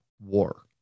war